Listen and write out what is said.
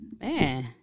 man